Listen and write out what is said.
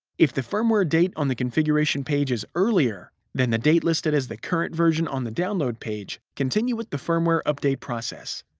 if the firmware date on the configuration page is earlier than the date listed as the current version on the download page, continue with the firmware update process.